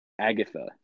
agatha